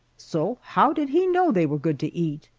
so how did he know they were good to eat?